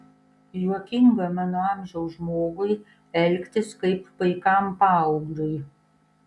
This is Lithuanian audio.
juokinga mano amžiaus žmogui elgtis kaip paikam paaugliui